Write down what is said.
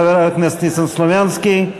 חבר הכנסת ניסן סלומינסקי,